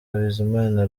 bizimana